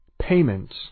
Payments